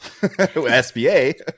SBA